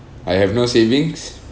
I have no savings